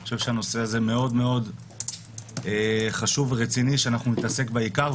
אני חושב שהנושא הזה מאוד חשוב ורציני כדי שנתעסק בעיקר,